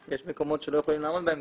יש מקומות שלא יכולים לעמוד בהם,